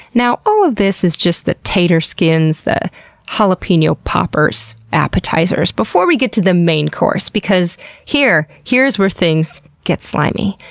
now all of this is just the tater-skins, the jalapeno poppers, appetizers before we get to the main course because here's where things get slimy.